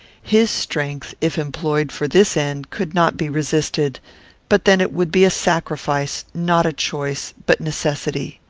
his strength, if employed for this end, could not be resisted but then it would be a sacrifice, not a choice, but necessity.